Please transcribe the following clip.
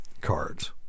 cards